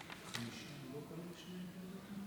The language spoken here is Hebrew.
וברכות.